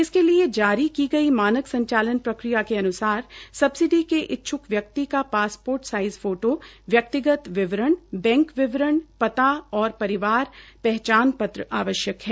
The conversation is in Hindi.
इसके लिए जारी की गई मानक संचालन प्रक्रिया के अन्सार सबसिडी के इच्छ्क व्यक्ति का पासपोर्ट साइज़ फोटो व्यक्तिगत विवरण बैंक विवरण पता और परिवार पहचान पत्र आवश्यक है